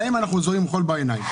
להם אנחנו זורים חול בעיניים.